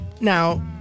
Now